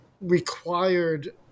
required